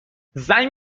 زنگ